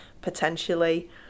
potentially